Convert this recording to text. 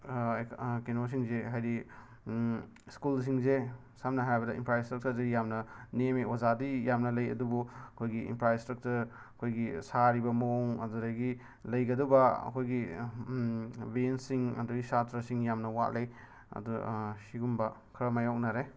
ꯀꯦꯅꯣꯁꯤꯡꯁꯦ ꯍꯥꯏꯗꯤ ꯁ꯭ꯀꯨꯜꯁꯤꯡꯁꯦ ꯁꯝꯅ ꯍꯥꯏꯔꯕꯗ ꯏꯟꯐ꯭ꯔꯁ꯭ꯇ꯭ꯔꯛꯆꯔꯁꯦ ꯌꯥꯝꯅ ꯅꯦꯝꯃꯦ ꯑꯣꯖꯥꯗꯤ ꯌꯥꯝꯅ ꯂꯩ ꯑꯗꯨꯕꯨ ꯑꯩꯈꯣꯏꯒꯤ ꯏꯟꯐ꯭ꯔꯥꯁ꯭ꯇ꯭ꯔꯛꯆꯔ ꯑꯩꯈꯣꯏꯒꯤ ꯁꯥꯔꯤꯕ ꯃꯑꯣꯡ ꯑꯗꯨꯗꯒꯤ ꯂꯩꯒꯗꯕ ꯑꯩꯈꯣꯏꯒꯤ ꯕꯦꯟꯁꯁꯤꯡ ꯑꯗꯒꯤ ꯁꯥꯇ꯭ꯔꯁꯤꯡ ꯌꯥꯝꯅ ꯋꯥꯠꯂꯦ ꯑꯗꯣ ꯁꯤꯒꯨꯝꯕ ꯈꯔ ꯃꯥꯌꯣꯛꯅꯔꯦ